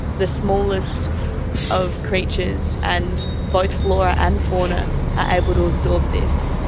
the smallest of creatures and both flora and fauna are able to absorb this,